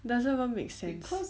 doesn't even make sense